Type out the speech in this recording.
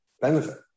benefit